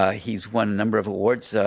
ah he's won a number of awards,